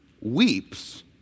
weeps